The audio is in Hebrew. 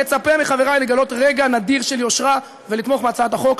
אני מצפה מחברי לגלות רגע נדיר של יושרה ולתמוך בהצעת החוק.